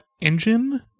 engine